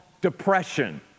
depression